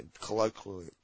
colloquially